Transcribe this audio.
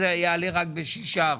זה יעלה רק ב-6%.